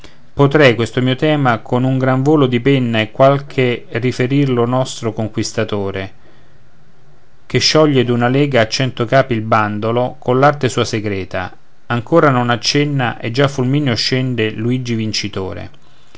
potrei questo mio tema con gran volo di penna a qualche riferirlo nostro conquistatore che scioglie d'una lega a cento capi il bandolo coll'arte sua segreta ancora non accenna e già fulmineo scende luigi vincitore